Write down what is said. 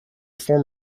form